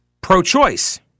Pro-choice